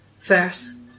verse